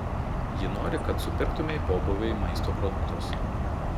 ji nori kad supirktumei pobūviui maisto produktus